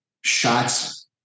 shots